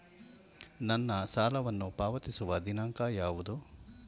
ನನ್ನ ಸಾಲವನ್ನು ಪಾವತಿಸುವ ದಿನಾಂಕ ಯಾವುದು?